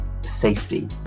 safety